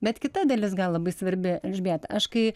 bet kita dalis gal labai svarbi elžbieta aš kai